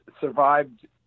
survived